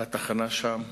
בתחנה שם,